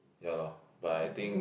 ya lor but I think